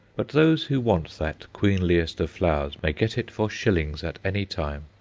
but those who want that queenliest of flowers may get it for shillings at any time.